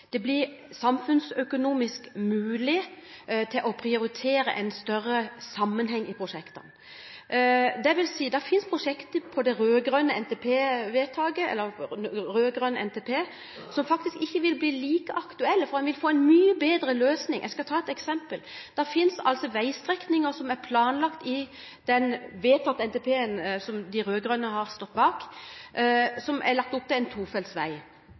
det blir samfunnsøkonomisk mulig å prioritere en større sammenheng i prosjektene. Det vil si at det finnes prosjekt i den rød-grønne NTP som faktisk ikke vil bli like aktuelle, fordi en vil få en mye bedre løsning. Jeg skal ta et eksempel. I den vedtatte NTP, som de rød-grønne har stått bak, finnes det planlagte veistrekninger som er lagt opp